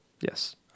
Yes